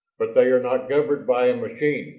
but they are not governed by a machine!